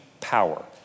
power